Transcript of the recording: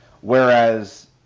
Whereas